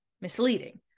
misleading